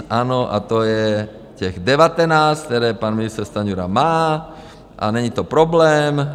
Ano, a to je těch 19, které pan ministr Stanjura má a není to problém.